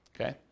okay